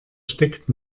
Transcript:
steckt